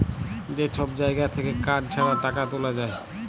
যে সব জাগা থাক্যে কার্ড ছাড়া টাকা তুলা যায়